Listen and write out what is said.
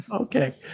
Okay